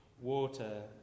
water